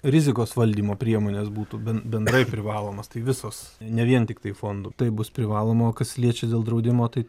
rizikos valdymo priemonės būtų ben bendrai privalomas tai visos ne vien tiktai fondų tai bus privaloma kas liečia dėl draudimo tai